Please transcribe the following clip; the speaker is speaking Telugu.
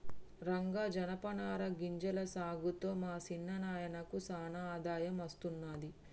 రంగా జనపనార గింజల సాగుతో మా సిన్న నాయినకు సానా ఆదాయం అస్తున్నది